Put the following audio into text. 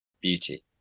Beauty